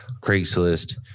Craigslist